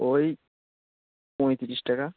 ওই পঁয়ত্রিশ টাকা